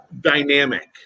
Dynamic